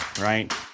right